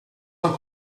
dal